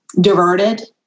diverted